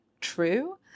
true